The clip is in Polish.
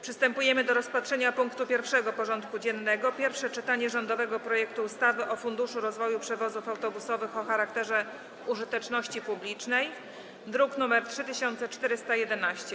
Przystępujemy do rozpatrzenia punktu 1. porządku dziennego: Pierwsze czytanie rządowego projektu ustawy o Funduszu rozwoju przewozów autobusowych o charakterze użyteczności publicznej (druk nr 3411)